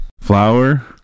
flour